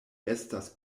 estas